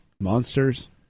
monsters